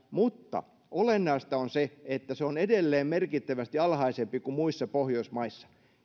mutta olennaista on se että se on edelleen merkittävästi alhaisempi kuin muissa pohjoismaissa